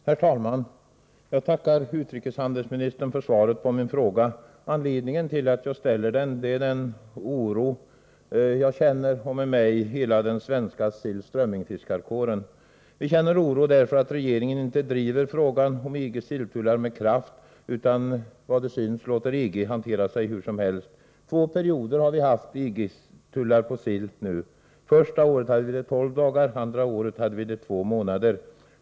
Herr talman! Jag tackar utrikeshandelsministern för svaret på min fråga. Anledningen till att jag ställer den är den oro som jag känner — och med mig hela den svenska silloch strömmingsfiskarkåren. Vi känner oro därför att regeringen inte driver frågan om EG:s silltullar med kraft, utan som det verkar låter EG agera hur som helst. Under två perioder har vi nu haft EG-tull på sill. Första året hade vi det i tolv dagar, andra året i två månader.